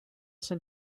send